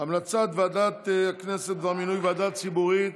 המלצת ועדת הכנסת בדבר מינוי ועדה ציבורית